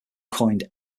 coined